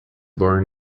born